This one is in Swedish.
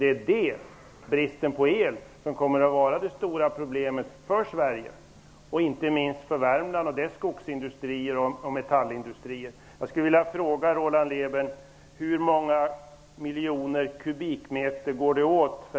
Det är bristen på el som kommer att vara det stora problemet för Sverige och inte minst för